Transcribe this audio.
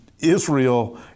Israel